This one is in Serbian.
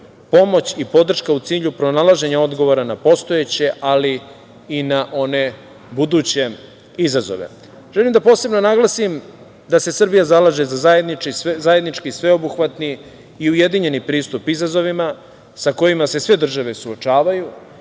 pomoć i podrška u cilju pronalaženja odgovora na postojeće, ali i na one buduće izazove. Želim da posebno naglasim da se Srbija zalaže za zajednički, sveobuhvatni i ujedinjeni pristup izazovima, sa kojima se sve države suočavaju,